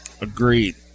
Agreed